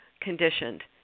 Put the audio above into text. conditioned